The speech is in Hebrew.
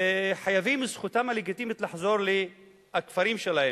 זכותם הלגיטימית לחזור לכפרים שלהם.